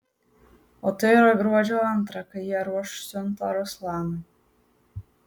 o tai yra gruodžio antrą kai jie ruoš siuntą ruslanui